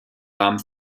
rahmen